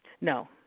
No